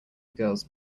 girls